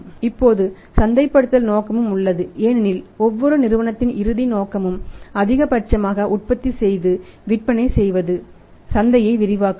இப்போது சந்தைப்படுத்தல் நோக்கமும் உள்ளது ஏனெனில் ஒவ்வொரு நிறுவனத்தின் இறுதி நோக்கமும்அதிகபட்சமாக உற்பத்தி செய்து விற்பனை செய்வது சந்தையை விரிவாக்குவது